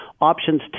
options